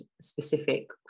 specific